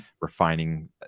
refining